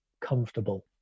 comfortable